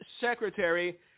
Secretary